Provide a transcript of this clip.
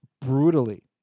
brutally